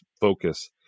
focus